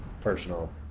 personal